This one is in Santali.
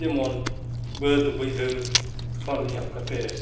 ᱡᱮᱢᱚᱱ ᱵᱟᱹᱫ ᱵᱟᱹᱭᱦᱟᱹᱲ ᱠᱷᱚᱱ ᱮᱦᱚᱵ ᱠᱟᱛᱮ